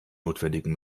notwendigen